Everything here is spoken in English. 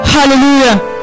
Hallelujah